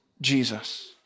Jesus